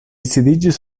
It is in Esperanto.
sidiĝis